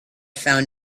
found